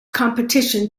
competition